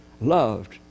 loved